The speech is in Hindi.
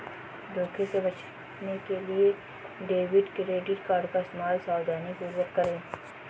धोखे से बचने के लिए डेबिट क्रेडिट कार्ड का इस्तेमाल सावधानीपूर्वक करें